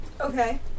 Okay